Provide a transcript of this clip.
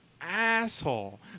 asshole